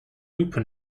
lupe